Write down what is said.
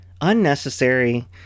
unnecessary